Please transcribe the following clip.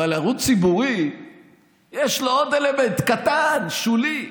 אבל לערוץ ציבורי יש עוד אלמנט קטן, שולי.